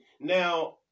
now